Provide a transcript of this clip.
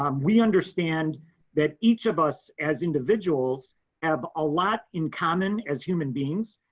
um we understand that each of us as individuals have a lot in common as human beings,